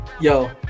Yo